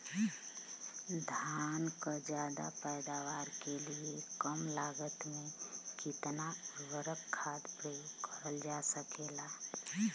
धान क ज्यादा पैदावार के लिए कम लागत में कितना उर्वरक खाद प्रयोग करल जा सकेला?